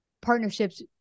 partnerships